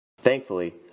Thankfully